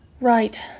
Right